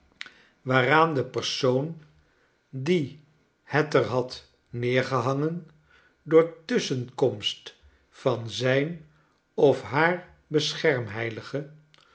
waaraan de persoon die het er had neergehangen door tusschenkomst van zijn of haar